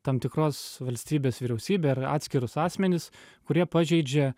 tam tikros valstybės vyriausybę ar atskirus asmenis kurie pažeidžia